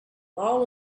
all